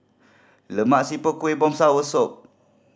Lemak Siput Kuih Bom soursop